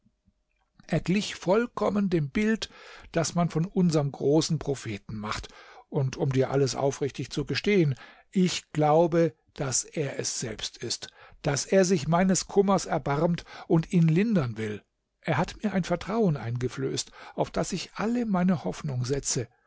er glich vollkommen dem bild das man von unserm großen propheten macht und um dir alles aufrichtig zu gestehen ich glaube daß er es selbst ist daß er sich meines kummers erbarmt und ihn lindern will er hat mir ein vertrauen eingeflößt auf das ich alle meine hoffnung setze